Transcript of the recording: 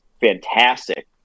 fantastic